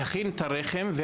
להכין את הרחם,